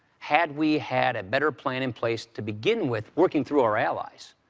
had we had a better plan in place to begin with, working through our allies.